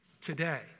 today